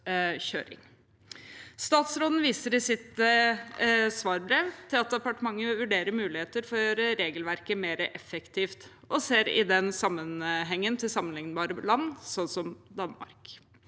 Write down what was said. Statsråden viser i sitt svarbrev til at departementet vurderer muligheter for å gjøre regelverket mer effektivt, og at man i den sammenheng ser hen til sammenliknbare land, som Danmark.